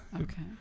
Okay